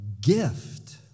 gift